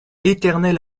éternel